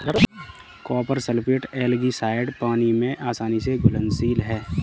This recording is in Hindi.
कॉपर सल्फेट एल्गीसाइड पानी में आसानी से घुलनशील है